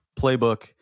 playbook